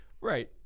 right